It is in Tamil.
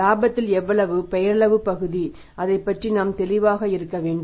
இலாபத்தின் எவ்வளவு பெயரளவு பகுதி அதை பற்றி நாம் தெளிவாக இருக்க வேண்டும்